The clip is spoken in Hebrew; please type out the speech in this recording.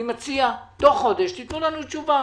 אני מציע תוך חודש תתנו לנו תשובה.